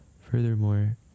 Furthermore